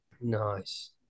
nice